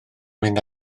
mynd